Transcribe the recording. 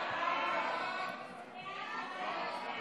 הצעת הוועדה המסדרת